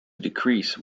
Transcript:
decrease